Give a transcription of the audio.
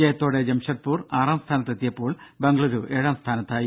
ജയത്തോടെ ജംഷഡ്പൂർ ആറാം സ്ഥാനത്തെത്തിയപ്പോൾ ബംഗുളൂരു ഏഴാം സ്ഥാനത്തായി